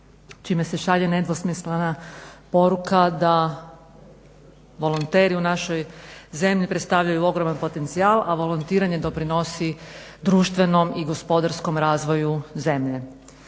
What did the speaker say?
čime se šalje nedvosmislena poruka da volonteri u našoj zemlji predstavljaju ogroman potencijal, a volontiranje doprinosi društvenom i gospodarskom razvoju zemlje.